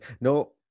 no